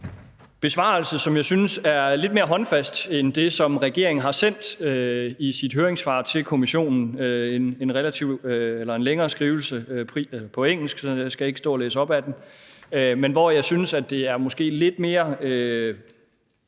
besvarelse, som jeg synes er lidt mere håndfast end det, som regeringen har sendt i sit høringssvar til Kommissionen – det er en længere skrivelse på engelsk, så jeg skal ikke stå og læse op af den – hvor jeg synes, at der bliver talt i lidt mere